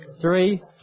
Three